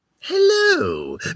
Hello